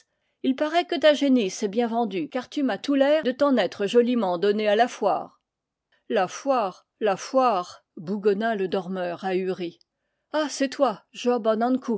il paraît que ta génisse s'est bien vendue car tu m'as tout l'air de t'en être joliment donné à la foire la foire la foire bougonna le dormeur ahuri ah c'est toi